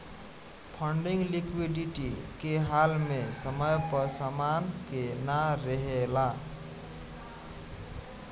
funding liquidity के हाल में समय पर समान के ना रेहला